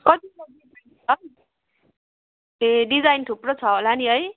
ए design थुप्रो छ होला नि है